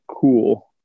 cool